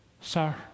Sir